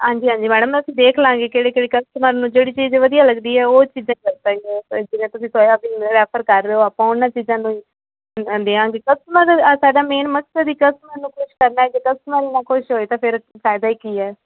ਹਾਂਜੀ ਹਾਂਜੀ ਮੈਡਮ ਅਸੀਂ ਦੇਖ ਲਵਾਂਗੇ ਕਿਹੜੇ ਕਿਹੜੇ ਕਸਟਮਰ ਨੂੰ ਜਿਹੜੀ ਚੀਜ਼ ਵਧੀਆ ਲੱਗਦੀ ਹੈ ਉਹ ਚੀਜ਼ਾਂ ਜਿਵੇਂ ਤੁਸੀਂ ਸੋਇਆਬੀਨ ਰੈਫਰ ਕਰ ਰਹੇ ਹੋ ਆਪਾਂ ਉਨ੍ਹਾਂ ਨੂੰ ਚੀਜਾਂ ਨੂੰ ਹੀ ਲੈਂਦੇ ਹਾਂ ਵੀ ਕਸਟਮਰ ਅ ਸਾਡਾ ਮੇਨ ਮਕਸਦ ਹੀ ਕਸਟਮਰ ਨੂੰ ਖੁਸ਼ ਕਰਨਾ ਹੈ ਜੇ ਕਸਟਮਰ ਹੀ ਨਾ ਖੁਸ਼ ਹੋਏ ਤਾਂ ਫਿਰ ਫਾਇਦਾ ਹੀ ਕੀ ਹੈ